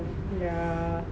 yeah